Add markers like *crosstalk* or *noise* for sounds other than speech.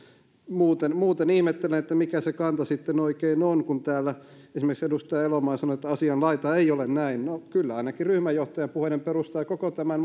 muuten muuten ihmettelen mikä se kanta sitten oikein on kun täällä esimerkiksi edustaja elomaa sanoi että asianlaita ei ole näin no kyllä ainakin ryhmänjohtajan puheiden perusteella koko tämän *unintelligible*